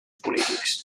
polítics